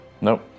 Nope